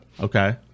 Okay